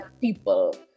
people